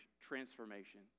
transformation